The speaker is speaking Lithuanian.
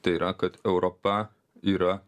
tai yra kad europa yra